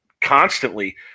constantly